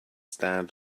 stand